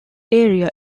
area